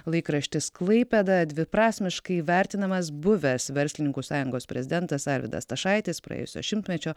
laikraštis klaipėda dviprasmiškai vertinamas buvęs verslininkų sąjungos prezidentas arvydas stašaitis praėjusio šimtmečio